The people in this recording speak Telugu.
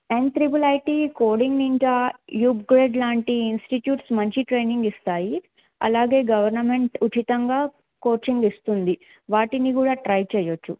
ఎన్ ట్రిపుల్ ఐటీ కోడింగ్ ఇంకా యూబ్ గ్రేడ్ లాంటి ఇన్స్టిట్యూట్స్ మంచి ట్రైనింగ్ ఇస్తాయి అలాగే గవర్నమెంట్ ఉచితంగా కోచింగ్ ఇస్తుంది వాటిని కూడా ట్రై చేయవచ్చు